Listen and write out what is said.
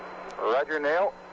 roger, neil.